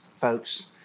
folks